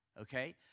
okay